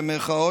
במירכאות,